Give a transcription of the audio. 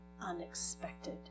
unexpected